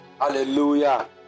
Hallelujah